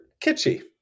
kitschy